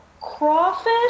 crawfish